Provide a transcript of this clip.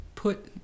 put